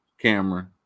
camera